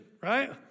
right